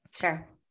Sure